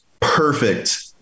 perfect